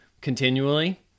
continually